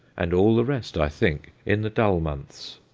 and all the rest, i think, in the dull months.